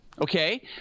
Okay